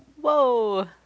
whoa